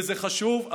וזה חשוב,